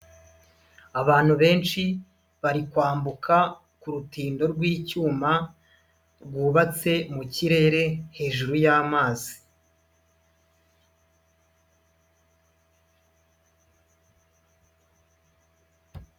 Abantu benshi bari kwambuka ku rutindo rw'icyuma, rwubatse mu kirere hejuru y'amazi.